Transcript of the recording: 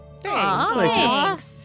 Thanks